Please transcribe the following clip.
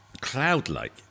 Cloud-like